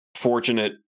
fortunate